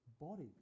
body